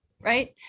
right